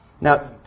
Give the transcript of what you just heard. Now